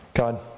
God